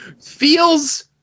Feels